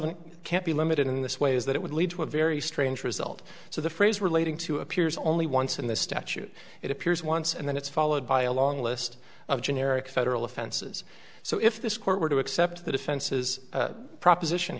n can't be limited in this way is that it would lead to a very strange result so the phrase relating to appears only once in this statute it appears once and then it's followed by a long list of generic federal offenses so if this court were to accept the defense's proposition